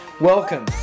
Welcome